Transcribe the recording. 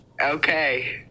Okay